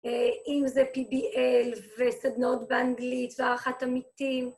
אם זה PBL וסדנאות באנגלית והערכת עמיתים.